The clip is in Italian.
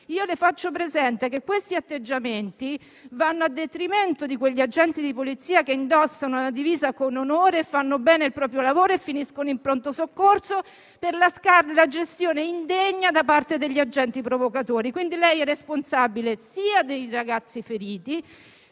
faccio presente che questi atteggiamenti vanno a detrimento di quegli agenti di polizia che indossano la divisa con onore, fanno bene il proprio lavoro e finiscono in pronto soccorso per la gestione indegna da parte degli agenti provocatori. Quindi, lei è responsabile sia dei ragazzi feriti